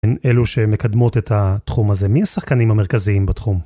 אלו שמקדמות את התחום הזה, מי השחקנים המרכזיים בתחום.